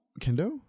Kendo